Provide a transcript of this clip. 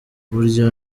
burya